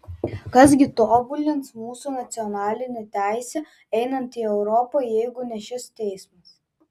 kas gi tobulins mūsų nacionalinę teisę einant į europą jeigu ne šis teismas